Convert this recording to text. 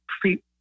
pre